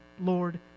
Lord